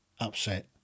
upset